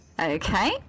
Okay